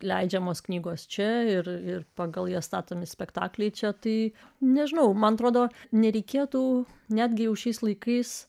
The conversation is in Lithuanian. leidžiamos knygos čia ir ir pagal jas statomi spektakliai čia tai nežinau man atrodo nereikėtų netgi jau šiais laikais